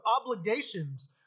obligations